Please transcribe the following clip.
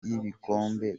n’ibikombe